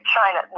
China